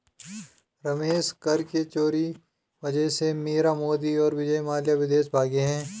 रमेश कर के चोरी वजह से मीरा मोदी और विजय माल्या विदेश भागें हैं